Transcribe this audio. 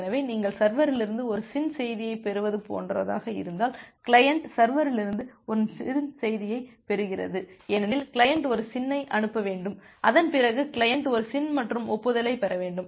எனவே நீங்கள் சர்வரிலிருந்து ஒரு SYN செய்தியைப் பெறுவது போன்றதாக இருந்தால் கிளையன்ட் சர்வரிலிருந்து ஒரு SYN செய்தியைப் பெறுகிறது ஏனெனில் கிளையன்ட் ஒரு SYN ஐ அனுப்ப வேண்டும் அதன் பிறகு கிளையன்ட் ஒரு SYN மற்றும் ஒப்புதலைப் பெற வேண்டும்